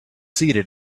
seated